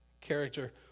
character